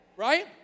Right